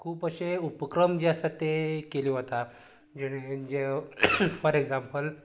खूब अशे उपक्रम जे आसा तें केल्ले वता जेणें जो फोर एक्जांम्पल